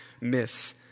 miss